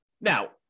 Now